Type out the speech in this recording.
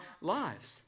lives